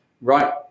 right